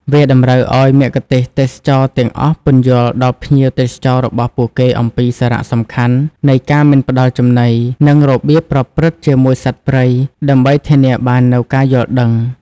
វាតម្រូវឱ្យមគ្គុទ្ទេសក៍ទេសចរណ៍ទាំងអស់ពន្យល់ដល់ភ្ញៀវទេសចររបស់ពួកគេអំពីសារៈសំខាន់នៃការមិនផ្តល់ចំណី និងរបៀបប្រព្រឹត្តជាមួយសត្វព្រៃ ដើម្បីធានាបាននូវការយល់ដឹង។